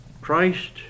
Christ